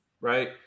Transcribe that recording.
right